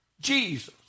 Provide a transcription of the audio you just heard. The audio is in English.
Jesus